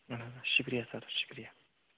اہن حظ آ شُکریہ سر شُکریہ